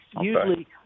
usually